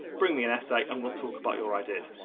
bring me an essay and we'll talk about your ideas.